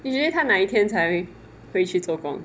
usually 他哪一天才会去做工